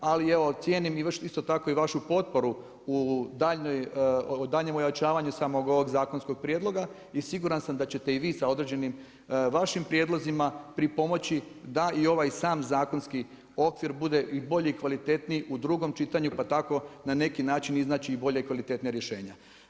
Ali evo cijenim isto tako i vašu potporu u daljnjem ojačavanju samog ovog zakonskog prijedloga i siguran sam da ćete i vi sa određenim vašim prijedlozima pripomoći da i ovaj sam zakonski okvir bude i bolji i kvalitetniji u drugom čitanju, pa tako na neki način iznaći i bolja i kvalitetnija rješenja.